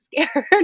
scared